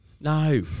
No